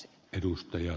arvoisa puhemies